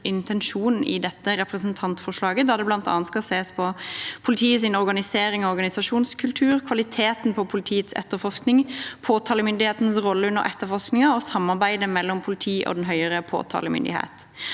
intensjonen i dette representantforslaget, da det bl.a. skal ses på politiets organisering og organisasjonskultur, kvaliteten på politiets etterforskning, påtalemyndighetens rolle under etterforskningen og samarbeidet mellom politiet og den høyere påtalemyndigheten.